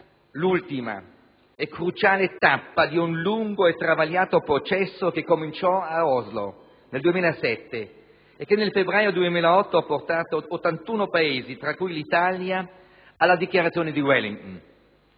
l'ultima e cruciale tappa di un lungo e travagliato processo che cominciò ad Oslo nel 2007 e che nel febbraio 2008 ha portato 81 Paesi, tra cui l'Italia, alla Dichiarazione di Wellington.